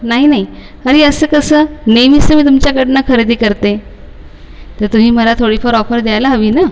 नाही नाही अरे असं कसं नेहमीच तर मी तुमच्याकडनं खरेदी करते तर तुम्ही मला थोडी फार ऑफर द्यायला हवी ना